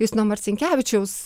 justino marcinkevičiaus